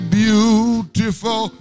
beautiful